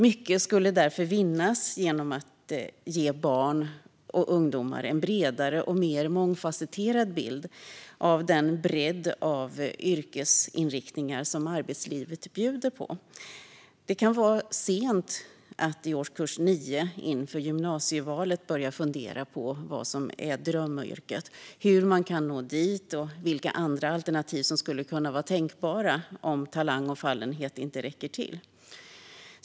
Mycket skulle därför vinnas genom att ge barn och ungdomar en bredare och mer mångfasetterad bild av den bredd av yrkesinriktningar som arbetslivet bjuder på. Det kan vara sent att i årskurs 9 inför gymnasievalet börja fundera på vad som är drömyrket, hur man kan nå dit och vilka andra alternativ som skulle kunna vara tänkbara om talang och fallenhet inte räcker till.